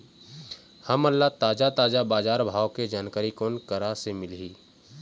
हमन ला ताजा ताजा बजार भाव के जानकारी कोन करा से मिलही?